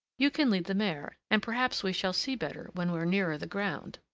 you can lead the mare, and perhaps we shall see better when we're nearer the ground.